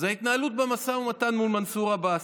זו ההתנהלות במשא ומתן מול מנסור עבאס.